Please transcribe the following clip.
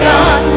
God